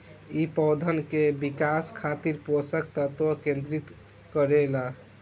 इ पौधन के विकास खातिर पोषक तत्व केंद्रित करे ला